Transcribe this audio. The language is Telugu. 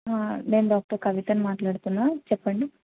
నేను డాక్టర్ కవితని మాట్లాడుతున్నా చెప్పండి